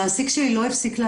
המיתוג הוא לא מספיק טוב,